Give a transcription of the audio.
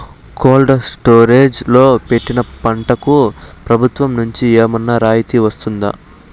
Cold storage లో పెట్టిన పంటకు ప్రభుత్వం నుంచి ఏమన్నా రాయితీ వస్తుందా?